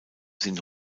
sind